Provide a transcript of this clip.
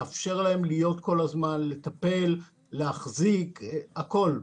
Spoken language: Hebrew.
לאפשר להם להיות כל הזמן, לטפל, להחזיק הכול.